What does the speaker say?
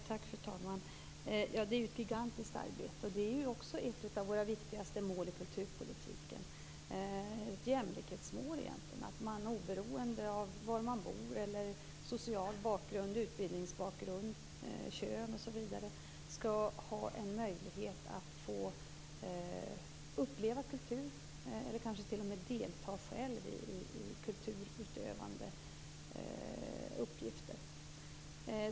Fru talman! Det är ju ett gigantiskt arbete. Det är också ett av våra viktigaste mål i kulturpolitiken. Det är egentligen ett jämlikhetsmål. Oberoende av var man bor, vilken social bakgrund, vilken utbildningsbakgrund eller vilket kön man har skall man ha en möjlighet att få uppleva kultur eller kanske t.o.m. delta själv i kulturutövande uppgifter.